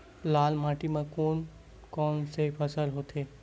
लाल माटी म कोन कौन से फसल होथे?